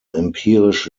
empirisch